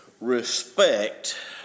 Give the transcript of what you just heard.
respect